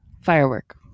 Firework